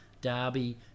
Derby